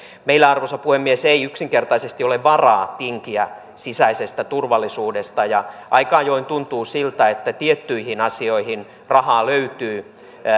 meillä arvoisa puhemies ei yksinkertaisesti ole varaa tinkiä sisäisestä turvallisuudesta aika ajoin tuntuu siltä että tiettyihin asioihin rahaa löytyy